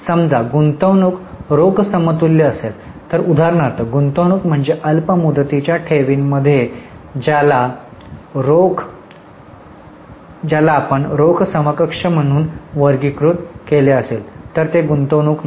समजा गुंतवणूक रोख समतुल्य असेल तर उदाहरणार्थ गुंतवणूक म्हणजे अल्प मुदतीच्या ठेवी मध्ये ज्याला आपण रोख समकक्ष म्हणून वर्गीकृत केले असेल तर ते गुंतवणूक नाही